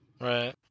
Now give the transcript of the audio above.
Right